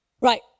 Right